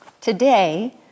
Today